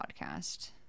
podcast